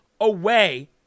away